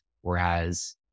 Whereas